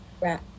Right